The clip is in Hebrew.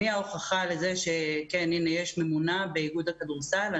אני ההוכחה לזה שכן הינה יש ממונה באיגוד הכדורסל.